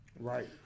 Right